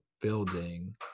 building